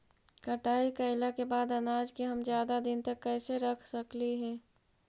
कटाई कैला के बाद अनाज के हम ज्यादा दिन तक कैसे रख सकली हे?